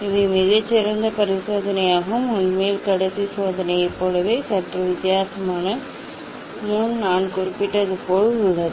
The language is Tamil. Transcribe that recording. இவை மிகச் சிறந்த பரிசோதனையாகும் உண்மையில் கடைசி சோதனையைப் போலவே சற்று வித்தியாசமும் நான் குறிப்பிட்டது போல உள்ளது